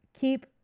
keep